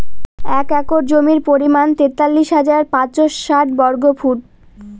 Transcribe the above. এক একর জমির পরিমাণ তেতাল্লিশ হাজার পাঁচশ ষাট বর্গফুট